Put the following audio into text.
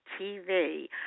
TV